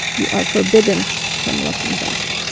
you are forbidden from looking back.